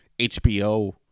HBO